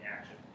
action